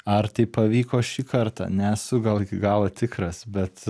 ar tai pavyko šį kartą nesu gal iki galo tikras bet